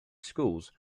schools